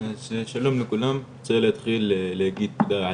שלום לכולם רוצה להתחיל להגיד תודה על